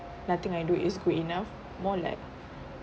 nothing I do is good enough more like